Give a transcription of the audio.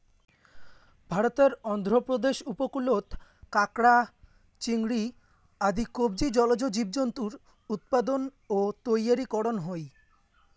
ভারতর অন্ধ্রপ্রদেশ উপকূলত কাকড়া, চিংড়ি আদি কবচী জলজ জীবজন্তুর উৎপাদন ও তৈয়ারী করন হই